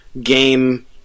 game